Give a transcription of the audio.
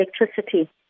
electricity